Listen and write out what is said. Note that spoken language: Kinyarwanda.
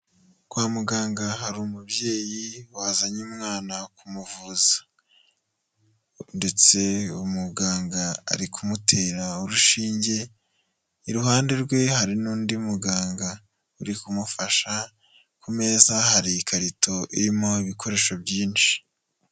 Kwa muganga hari umubyeyi wazanye umwana kumuvuza ndetse umuganga ari kumutera urushinge, iruhande rwe hari n'undi muganga uri kumufasha, ku meza hari ikarito irimo ibikoresho byinshi.